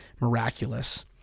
miraculous